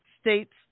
states